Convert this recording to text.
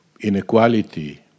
inequality